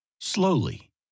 Slowly